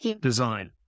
design